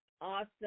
awesome